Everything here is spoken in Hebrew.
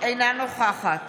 אינה נוכחת